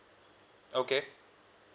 okay